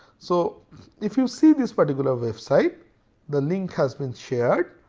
so if you see this particular website the link has been shared.